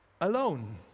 alone